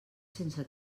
sense